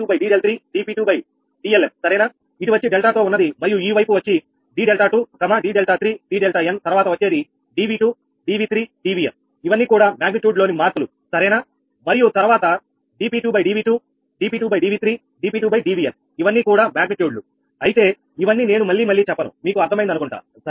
dP2𝑑𝛿2dP2𝑑𝛿3dP2𝑑𝛿n సరేనా ఇటు వచ్చి డెల్టా తో ఉన్నది మరియు ఈ వైపు వచ్చి 𝑑𝛿2 𝑑𝛿3 𝑑𝛿𝑛 తర్వాత వచ్చేది 𝑑𝑉2 𝑑𝑉3 𝑑𝑉𝑛 ఇవన్నీ కూడా మాగ్నిట్యూడ్ లోని మార్పులు సరేనా మరియు తర్వాత 𝑑P2dV2dP2dV3dP2dVn ఇవన్నీ కూడా మాగ్నిట్యూడ్ లుఅయితే ఇవన్నీ నేను మళ్లీ మళ్లీ చెప్పను మీకు అర్థమైంది అనుకుంటా సరేనా